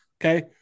Okay